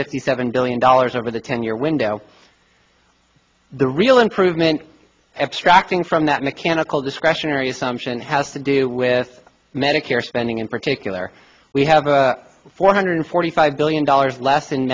fifty seven billion dollars over the ten year window the real improvement extracting from that mechanical discretionary assumption has to do with medicare spending in particular we have four hundred forty five billion dollars less